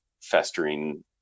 festering